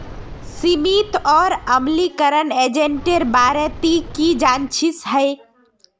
सीमित और अम्लीकरण एजेंटेर बारे ती की जानछीस हैय